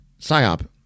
psyop